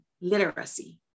literacy